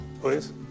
please